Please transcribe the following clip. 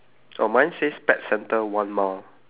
oh mine says pet centre one mile